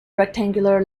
rectangular